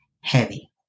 heavy